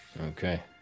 Okay